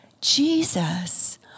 Jesus